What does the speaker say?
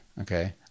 Okay